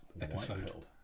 episode